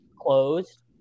closed